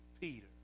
Peter